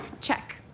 check